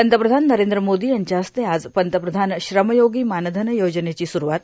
पंतप्रधान नरेंद्र मोदी यांच्या हस्ते आज पंतप्रधान श्रमयोगी मानधन योजनेची सुरूवात